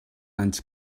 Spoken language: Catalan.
anys